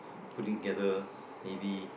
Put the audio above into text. putting together maybe